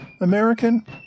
American